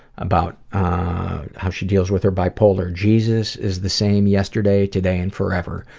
about how she deals with her bipolar, jesus is the same yesterday, today, and forever.